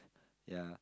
ya